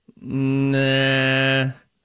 nah